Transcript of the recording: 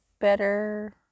better